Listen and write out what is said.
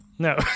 No